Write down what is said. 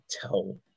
tell